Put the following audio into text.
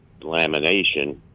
lamination